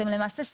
למעשה,